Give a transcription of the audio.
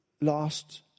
Lost